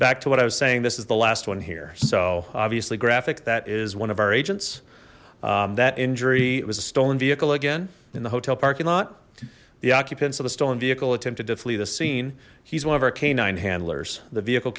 back to what i was saying this is the last one here so obviously graphic that is one of our agents that injury it was a stolen vehicle again in the hotel parking lot the occupants of a stolen vehicle attempted to flee the scene he's one of our k nine handlers the vehicle